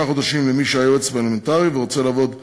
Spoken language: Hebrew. חודשים למי שהיה יועץ פרלמנטרי ורוצה לעבוד כשדלן,